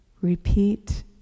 repeat